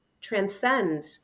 transcend